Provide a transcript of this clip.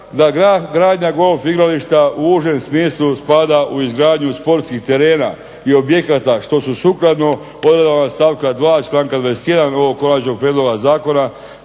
da gradnja golf igrališta u užem smislu spada u izgradnju sportskih terena i objekata što su sukladno odredbama stavka 2. i članka 21. ovog konačnog prijedloga zakona,